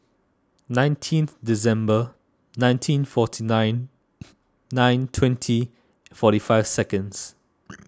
nineteen December nineteen forty nine nine twenty forty five seconds